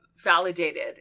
validated